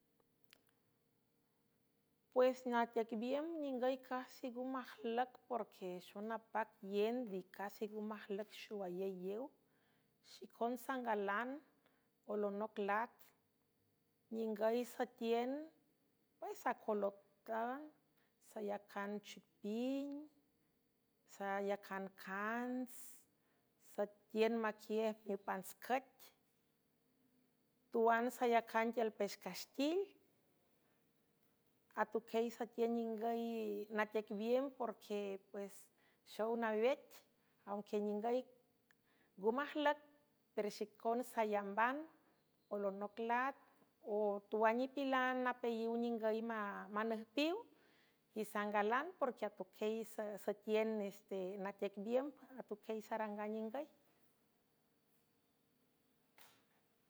Pues natiüc biümb ningüy casingü majlüc porque xonapac ienvi casi ngu majlüc xowayeylew xicon sangalan olonoc lat ningüy setie sacolotan sayacan chipin sayacancans satiün maquiej miüpantscüt tuan sayacan tiül pex castil atuquiey sütiün ningüy natiec biemb porque pues xow nawet anquie ningüy ngu majlüc perxicon salamban olonoc lat o tuan nipilan napeayiw ningüy manüjpiw y sangalan porque atuuisatiün nee natiec biemb atuquiey sarangan ningüy.